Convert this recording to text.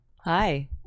hi